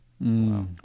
Wow